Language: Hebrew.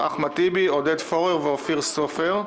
אחמד טיבי, עודד פורר ואופיר סופר,